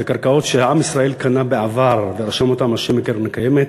זה קרקעות שעם ישראל קנה בעבר ורשם אותן על שם הקרן הקיימת,